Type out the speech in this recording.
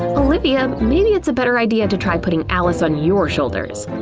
olivia, maybe it's a better idea to try putting alice on your shoulders.